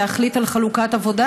להחליט על חלוקת עבודה.